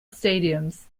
stadiums